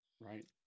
Right